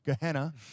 Gehenna